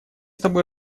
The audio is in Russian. тобой